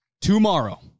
tomorrow